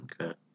Okay